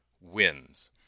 wins